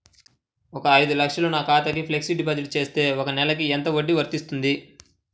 ఒక ఐదు లక్షలు నా ఖాతాలో ఫ్లెక్సీ డిపాజిట్ చేస్తే ఒక నెలకి ఎంత వడ్డీ వర్తిస్తుంది?